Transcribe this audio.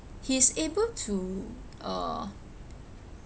he's able to uh